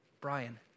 Brian